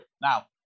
Now